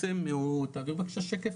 בעצם